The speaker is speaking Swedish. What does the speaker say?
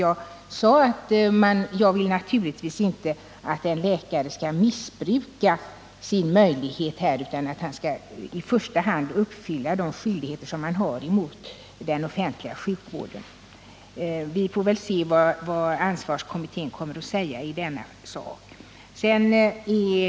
Jag sade i mitt förra inlägg att jag naturligtvis inte vill att en läkare skall missbruka sina möjligheter härvidlag; i första hand bör han naturligtvis uppfylla de skyldigheter som han har inom den offentliga sjukvården. Vi får se vad ansvarsnämnden kommer att säga i denna sak.